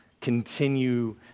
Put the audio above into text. continue